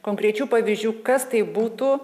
konkrečių pavyzdžių kas tai būtų